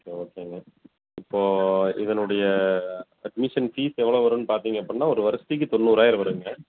okay ஓகேங்க இப்போ இதனுடைய அட்மிஷன் ஃபீஸ் எவ்வளோ வரும் பார்த்திங்க அப்படினா ஒரு வர்ஷத்துக்கு தொண்ணூராயிரம் வரும்ங்க